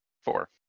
four